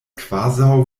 kvazaŭ